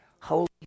Holy